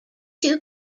two